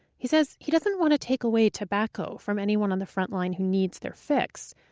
he says he doesn't want to take away tobacco from anyone on the front line who needs their fix.